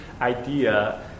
idea